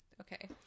Okay